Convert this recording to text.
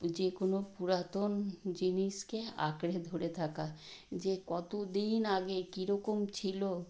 যে কোনো পুরাতন জিনিসকে আঁকড়ে ধরে থাকা যে কতো দিন আগে কীরকম ছিলো